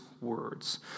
words